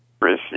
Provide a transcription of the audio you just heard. receive